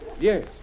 Yes